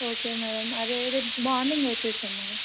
okay madam అదే రేపు morning వస్తాం మ్యాడమ్